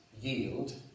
yield